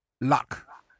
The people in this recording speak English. luck